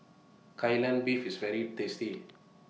Kai Lan Beef IS very tasty